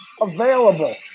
available